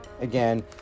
Again